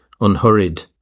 unhurried